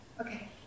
okay